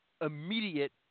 immediate